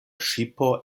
ŝipo